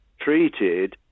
treated